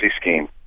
scheme